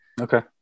Okay